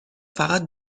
فقط